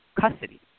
custody